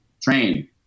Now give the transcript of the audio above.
Train